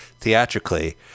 theatrically